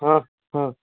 ହଁ ହଁ